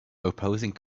opposing